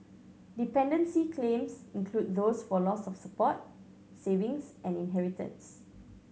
dependency claims include those for loss of support savings and inheritance